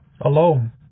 alone